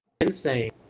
insane